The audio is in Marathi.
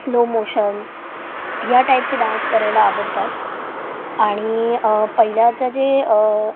स्लो मोशन ह्या टाइपचे डांस करायला आवडतात आणि पहिल्याचं जे